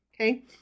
Okay